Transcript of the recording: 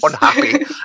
unhappy